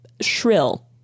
Shrill